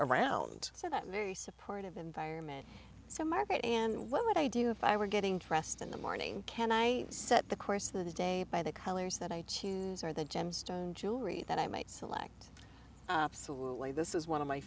around so that mary supportive environment so margaret and what would i do if i were getting dressed in the morning can i set the course of the day by the colors that i choose or the gemstone jewelry that i might select only this is one of my